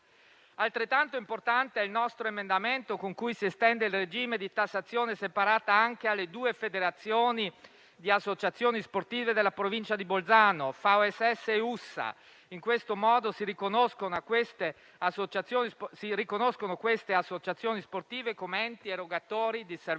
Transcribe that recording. Altrettanto importante è il nostro emendamento, con cui si estende il regime di tassazione separata anche alle due federazioni di associazioni sportive della provincia di Bolzano, VSS e USSA. In questo modo si riconoscono queste associazioni sportive come enti erogatori di servizi sportivi.